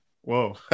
Whoa